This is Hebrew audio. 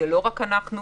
לא רק אנחנו.